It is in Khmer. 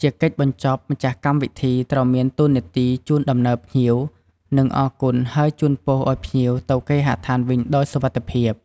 ជាកិច្ចបញ្ចប់ម្ចាស់កម្មវិធីត្រូវមានតួនាទីជូនដំណើរភ្ញៀវ និងអរគុណហើយជូនពរអោយភ្ញៀវទៅគេហដ្ឋានវិញដោយសុវត្ថិភាព។